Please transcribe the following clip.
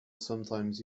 sometimes